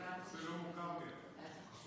הנושא לא מוכר לי אפילו.